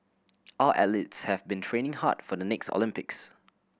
all athletes have been training hard for the next Olympics